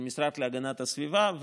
של המשרד להגנת הסביבה,